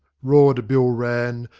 roared bill rann,